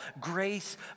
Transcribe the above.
grace